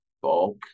bulk